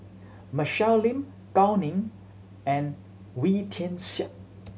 Michelle Lim Gao Ning and Wee Tian Siak